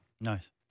Nice